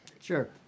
Sure